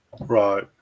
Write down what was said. right